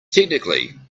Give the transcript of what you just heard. technically